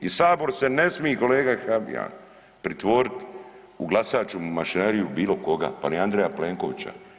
I Sabor se ne smije kolega Habijan pritvorit u glasačku mašineriju bilo koga, pa ni Andreja Plenkovića.